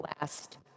last